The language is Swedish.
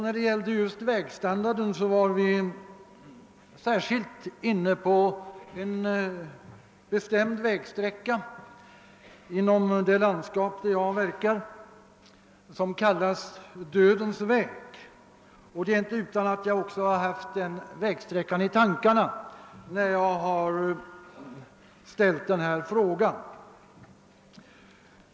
När det gällde vägstandarden talade vi särskilt om en bestämd vägsträcka inom det landskap där jag är verksam som kallas »Dödens väg», och det är inte utan att jag har haft just den vägsträckan i tankarna, när jag har ställt min fråga.